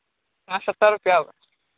यहाँ सत्तर रुपैया होगा